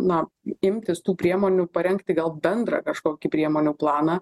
na imtis tų priemonių parengti gal bendrą kažkokį priemonių planą